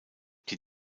die